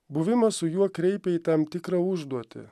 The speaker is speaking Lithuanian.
buvimas su juo kreipia į tam tikrą užduotį